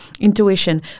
intuition